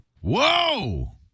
whoa